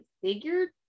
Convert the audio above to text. figured